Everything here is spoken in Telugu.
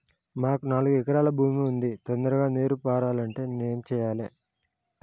మాకు నాలుగు ఎకరాల భూమి ఉంది, తొందరగా నీరు పారాలంటే నేను ఏం చెయ్యాలే?